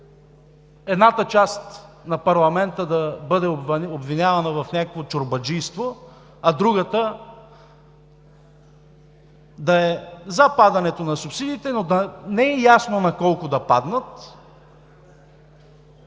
едната част на парламента да бъде обвинявана в някакво чорбаджийство, а другата да е „за“ падането на субсидиите, но да не е ясно на колко да паднат,